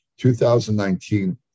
2019